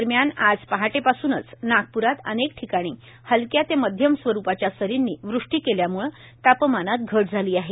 दरम्यान आज पहाटेपासूनच नागपूरात अनेक ठिकाणी हलक्या ते मध्यम स्वरूपाच्या सरींनी वृष्टी केल्यामुळं तापमानात घट झाली आहे